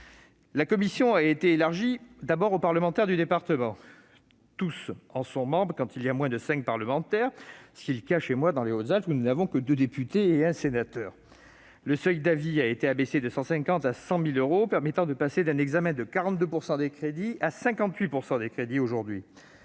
La commission a été élargie aux parlementaires du département : tous en sont membres quand il y a moins de cinq parlementaires, ce qui est le cas chez moi dans les Hautes-Alpes, où nous n'avons que deux députés et un sénateur. Le seuil d'avis a été abaissé de 150 000 euros à 100 000 euros, permettant de passer d'un examen de 42 % à 58 % des crédits aujourd'hui.